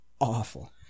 awful